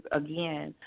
again